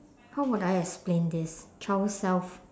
how would I explain this child self